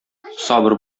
сабыр